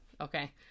okay